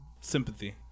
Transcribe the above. sympathy